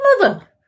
mother